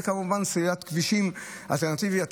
וכמובן סלילת כבישים אלטרנטיביים.